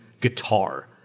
guitar